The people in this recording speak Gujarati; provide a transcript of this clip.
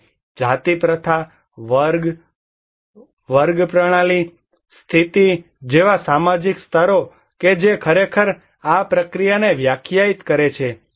અને જાતિ પ્રથા વર્ગ પ્રણાલી સ્થિતિ જેવા સામાજિક સ્તરો કે જે ખરેખર આ પ્રક્રિયાને વ્યાખ્યાયિત કરે છે